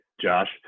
Josh